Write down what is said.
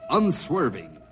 unswerving